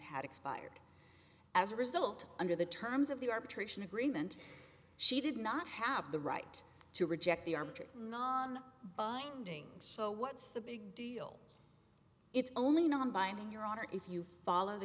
had expired as a result under the terms of the arbitration agreement she did not have the right to reject the arbiter non bindings so what's the big deal it's only non binding your honor if you follow the